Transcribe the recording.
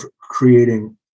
creating